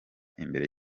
imbere